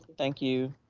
thank you.